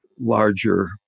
larger